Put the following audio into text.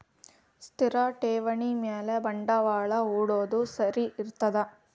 ಸ್ಥಿರ ಠೇವಣಿ ಮ್ಯಾಲೆ ಬಂಡವಾಳಾ ಹೂಡೋದು ಸರಿ ಇರ್ತದಾ?